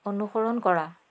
অনুসৰণ কৰা